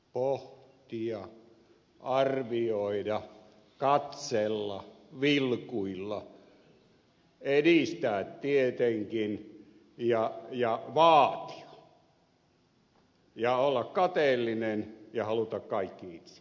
selvittää tutkia pohtia arvioida katsella vilkuilla edistää tietenkin ja vaatia ja olla kateellinen ja haluta kaikki itse